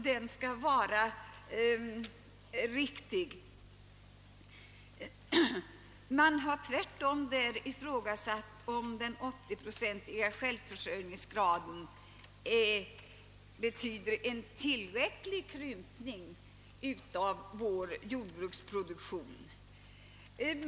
Konsumentdelegationen har tvärtom ifrågasatt, om en 80-procentig självförsörjningsgrad innebär en tillräcklig krympning av vår jordbruksproduktion.